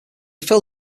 fill